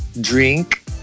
drink